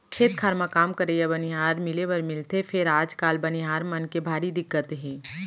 खेत खार म काम करइया बनिहार मिले बर मिलथे फेर आजकाल बनिहार मन के भारी दिक्कत हे